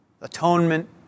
atonement